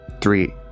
three